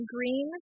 Green